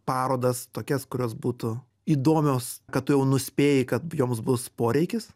parodas tokias kurios būtų įdomios kad tu jau nuspėjai kad joms bus poreikis